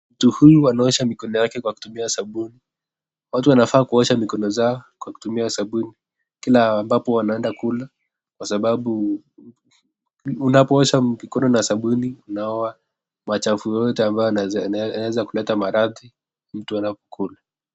Mtu huyu anaosha mikono yake kwa kutumia sabuni. Watu wanafaa kuosha mikono zao kwa kutumia sabuni kila ambapo wanapoenda kula kwa sababu unapoosha mikono na sabuni unaoga uchafu yoyote ambayo yanayoweza kuleta maradhi mtu anapoenda kula.